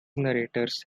narratives